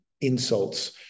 insults